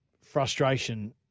frustration